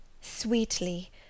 Sweetly